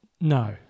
No